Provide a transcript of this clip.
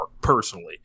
personally